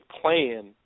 plan